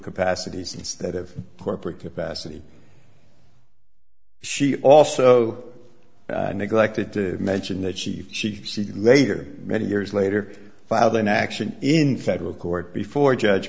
capacities instead of corporate capacity she also neglected to mention that she she she later many years later filed an action in federal court before judge